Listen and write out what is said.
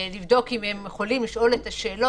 לבדוק אם הם חולים ולשאול את השאלות.